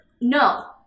No